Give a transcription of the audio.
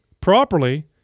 properly